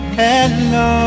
hello